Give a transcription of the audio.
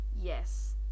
yes